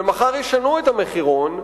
ומחר ישנו את המחירון,